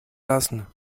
lassen